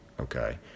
okay